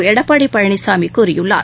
எடப்பாடி பழனிசாமி கூறியுள்ளார்